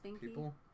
people